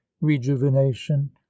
rejuvenation